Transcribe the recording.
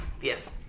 Yes